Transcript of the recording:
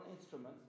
instruments